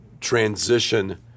transition